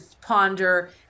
ponder